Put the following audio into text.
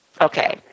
Okay